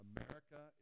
America